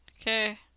Okay